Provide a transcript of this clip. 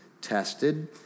tested